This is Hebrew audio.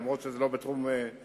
אומנם זה לא בתחום אחריותי,